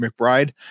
mcbride